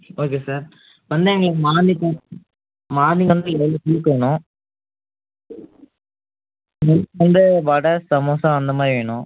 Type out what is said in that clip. okay sir வந்து எங்களுக்கு morning morning வந்து ஏழுப் பேருக்கு வேணும் வந்து வடை சமோஸா அந்த மாதிரி வேணும்